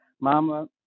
Mama